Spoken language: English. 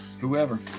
whoever